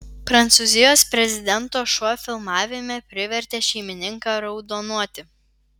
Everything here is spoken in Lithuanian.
prancūzijos prezidento šuo filmavime privertė šeimininką raudonuoti